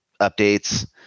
updates